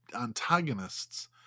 antagonists